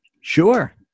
Sure